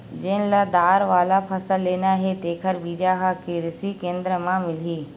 जेन ल दार वाला फसल लेना हे तेखर बीजा ह किरसी केंद्र म मिलही